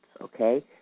okay